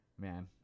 Man